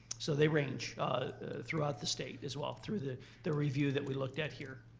so they range throughout the state as well through the the review that we looked at here.